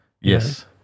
yes